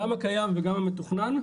גם הקיים וגם המתוכנן,